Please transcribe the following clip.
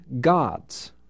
gods